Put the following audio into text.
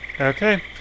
Okay